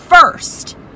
first